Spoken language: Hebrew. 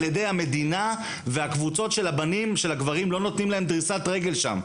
ידי המדינה והקבוצות של הגברים לא נותנים להן דריסת רגל שם,